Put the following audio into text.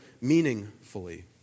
meaningfully